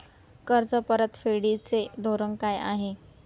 कर्ज परतफेडीचे धोरण काय आहे?